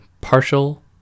partial